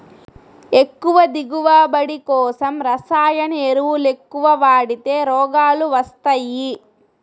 ఎక్కువ దిగువబడి కోసం రసాయన ఎరువులెక్కవ వాడితే రోగాలు వస్తయ్యి